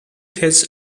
hits